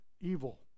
evil